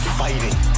fighting